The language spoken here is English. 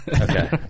Okay